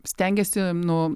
stengiasi nu